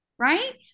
right